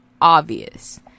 obvious